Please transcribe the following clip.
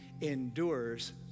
endures